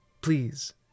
Please